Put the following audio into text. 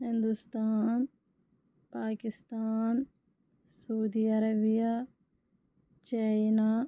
Hindustan Pakistan Saudi Arabia China